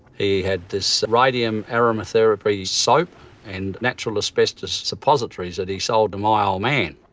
he had this radium aromatherapy soap and natural asbestos suppositories that he sold to my old man.